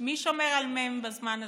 מי שומר על מ' בזמן הזה,